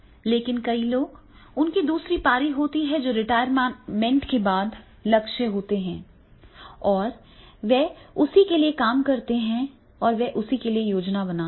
लेकिन कई लोग उनकी दूसरी पारी होती है जो रिटायरमेंट के बाद लक्ष्य होती है और वे उसी के लिए काम करते हैं और वे उसी के लिए योजना बनाते हैं